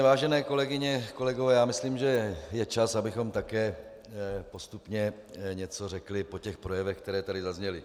Vážené kolegyně, kolegové, já myslím, že je čas, abychom také postupně něco řekli po těch projevech, které tady zazněly.